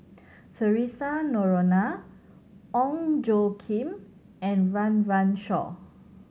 Theresa Noronha Ong Tjoe Kim and Run Run Shaw